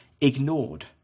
ignored